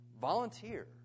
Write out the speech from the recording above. Volunteer